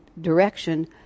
direction